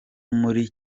muri